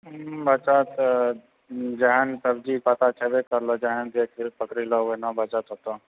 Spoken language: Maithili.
बचत जेहन सब्जी पता छेबे करलो जेहन जे चीज पकरैलो ओहिना बचत होतो